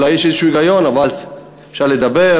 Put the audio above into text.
אולי יש איזשהו היגיון, אבל אפשר לדבר,